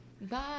Bye